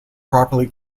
properly